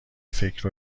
فکر